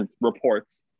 Reports